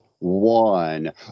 One